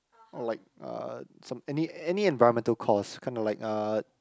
or like uh some any any environmental cause kinda like uh